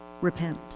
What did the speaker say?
repent